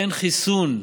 אין חיסון,